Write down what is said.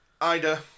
Ida